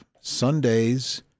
Sundays